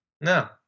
No